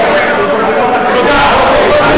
תסלח לי, מה קרה לכם?